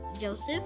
Joseph